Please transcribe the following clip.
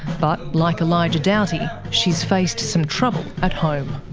but like elijah doughty, she's faced some trouble at home.